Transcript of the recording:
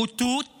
בוטות